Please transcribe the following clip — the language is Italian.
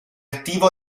attivo